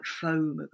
foam